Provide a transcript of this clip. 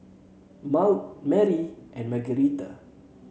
more Maude and Margueritta